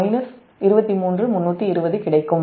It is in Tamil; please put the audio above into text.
320 ஒரு யூனிட்டுக்கு கிடைக்கும்